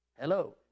Hello